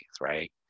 right